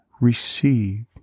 receive